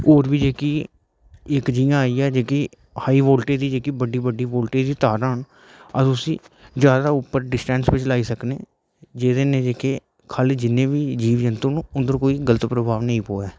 और बी जेहकी इक जियां आई गेआ जेहकी हाई बोल्टेज दी जेहकी बड़ी बड़ी बोल्टेज दियां तारां ना अस उसी ज्यादा उप्पर डिस्टेंस बिच लाई सकने जेहदे कन्नै जेहके खल्ल जिन्ने बी जीब जंतू ना उंदे उप्पर कोई गल्त प्रभाब नेई पवे